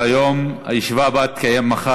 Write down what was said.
בעד, 9,